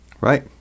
Right